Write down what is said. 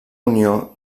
unió